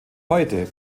heute